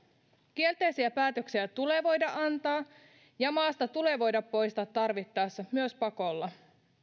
kielteisiä päätöksiä tulee voida antaa ja maasta tulee voida poistaa tarvittaessa myös pakolla